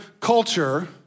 culture